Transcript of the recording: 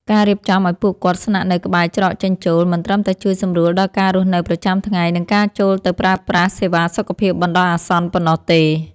ការរៀបចំឱ្យពួកគាត់ស្នាក់នៅក្បែរច្រកចេញចូល មិនត្រឹមតែជួយសម្រួលដល់ការរស់នៅប្រចាំថ្ងៃ និងការចូលទៅប្រើប្រាស់សេវាសុខភាពបណ្ដោះអាសន្នប៉ុណ្ណោះទេ។